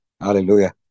Hallelujah